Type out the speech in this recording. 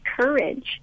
courage